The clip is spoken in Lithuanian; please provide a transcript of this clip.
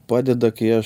padeda kai aš